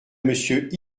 monsieur